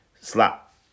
slap